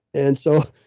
and so,